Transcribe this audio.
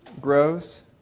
grows